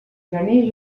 gener